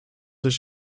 ich